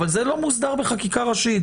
אבל זה לא מוסדר בחקיקה ראשית.